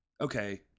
okay